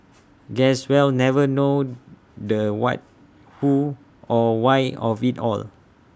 guess we'll never know the what who or why of IT all